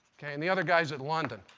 and the other guy is at london.